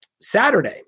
Saturday